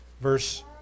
verse